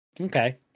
okay